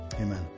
amen